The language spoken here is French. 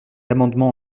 amendement